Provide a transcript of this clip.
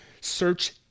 search